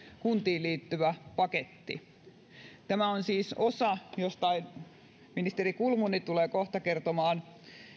kuntiin liittyvä paketti tämä on siis osa ministeri kulmuni tulee kohta kertomaan